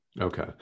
Okay